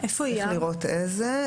צריך לראות איזה,